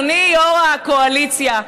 אדוני יו"ר הקואליציה,